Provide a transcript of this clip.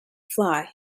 fly